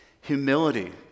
humility